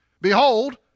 behold